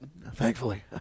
thankfully